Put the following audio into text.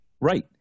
Right